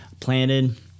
planted